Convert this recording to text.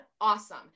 awesome